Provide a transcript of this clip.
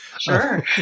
Sure